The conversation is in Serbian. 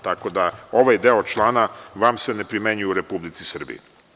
Tako da ovaj deo člana vam se ne primenjuje u Republici Srbiji.